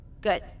Good